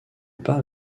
pas